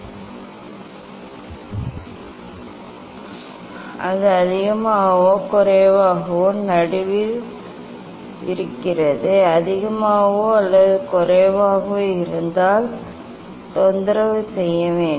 அது அதிகமாகவோ அல்லது குறைவாகவோ நடுவில் அதிகமாகவோ அல்லது குறைவாகவோ இருக்கிறது இது அதிகமாகவோ அல்லது குறைவாகவோ நடுவில் நான் தொந்தரவு செய்யவில்லை